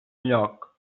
lloc